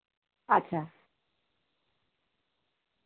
ᱟᱪᱪᱷᱟ